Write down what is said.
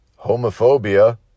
homophobia